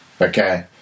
okay